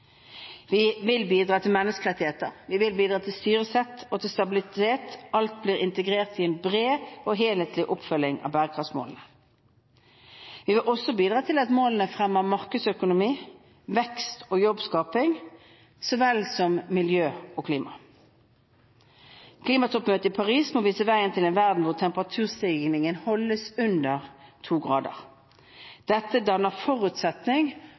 Vi vil bidra til at menneskerettigheter, styresett og stabilitet blir integrert i en bred og helhetlig oppfølging av bærekraftsmålene. Vi vil også bidra til at målene fremmer markedsøkonomi, vekst og jobbskaping, så vel som miljø og klima. Klimatoppmøtet i Paris må vise veien til en verden hvor temperaturstigningen holdes under to grader. Dette danner forutsetning